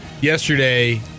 yesterday